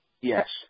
Yes